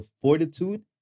fortitude